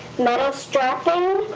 metal strapping,